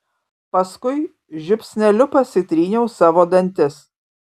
paskui žiupsneliu pasitryniau savo dantis